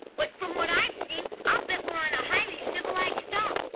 but from what i've seen, i'll bet we're on a highly civilized star.